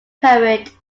poet